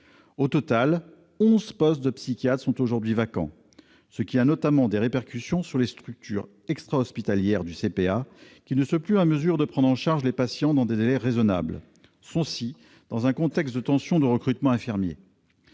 Au total, onze postes de psychiatres sont aujourd'hui vacants, ce qui a notamment des répercussions sur les structures extrahospitalières du CPA, qui ne sont plus en mesure de prendre en charge les patients dans des délais raisonnables, et ce dans un contexte de tension sur le recrutement infirmier.